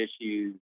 issues